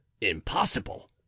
Impossible